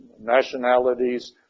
nationalities